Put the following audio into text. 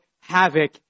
havoc